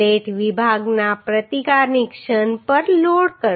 plate વિભાગના પ્રતિકારની ક્ષણ પર લોડ કરો